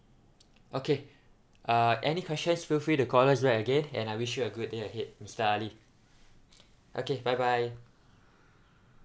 okay uh any questions feel free to call us back again and I wish you a good day ahead mister ali okay bye bye